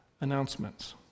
announcements